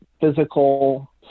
physical